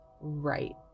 Right